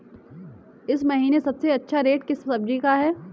इस महीने सबसे अच्छा रेट किस सब्जी का है?